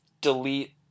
delete